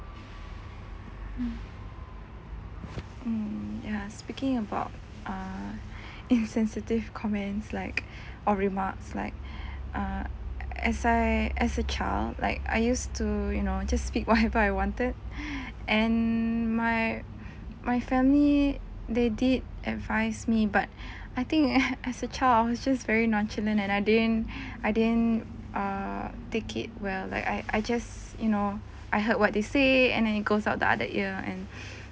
hmm mm ya speaking about err insensitive comments like or remarks like uh as I as a child like I used to you know just speak whatever I wanted and my my family they did advise me but I think as a child I was just very nonchalant and I didn't I didn't err take it well like I I just you know I heard what they say and then it goes out the other ear and